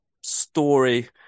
story